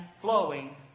flowing